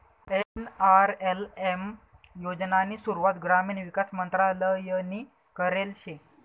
NRLM योजनानी सुरुवात ग्रामीण विकास मंत्रालयनी करेल शे